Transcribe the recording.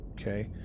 Okay